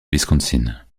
wisconsin